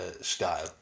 style